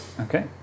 Okay